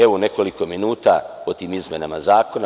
Evo nekoliko minuta o tim izmenama zakona.